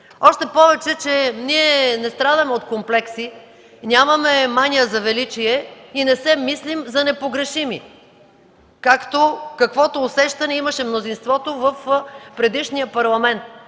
Още повече, ние не страдаме от комплекси, нямаме мания за величие и не се мислим за непогрешими, каквото усещане имаше мнозинството в предишния Парламент.